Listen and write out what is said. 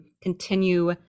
continue